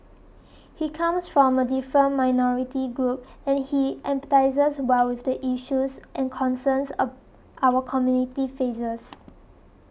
he comes from a different minority group and he empathises well with the issues and concerns our community faces